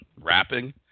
rapping